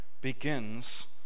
begins